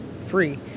free